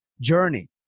journey